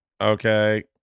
Okay